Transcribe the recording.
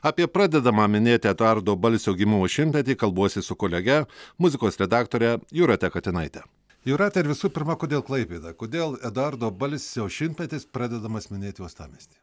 apie pradedamą minėti eduardo balsio gimimo šimtmetį kalbuosi su kolege muzikos redaktore jūrate katinaite jūrate ir visų pirma kodėl klaipėda kodėl eduardo balsio šimtmetis pradedamas minėti uostamiesty